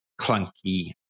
clunky